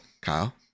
Kyle